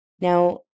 now